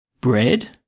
Bread